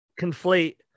conflate